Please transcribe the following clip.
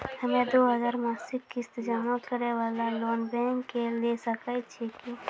हम्मय दो हजार मासिक किस्त जमा करे वाला लोन बैंक से लिये सकय छियै की?